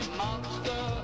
monster